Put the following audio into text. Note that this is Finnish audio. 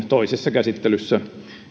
toisessa käsittelyssä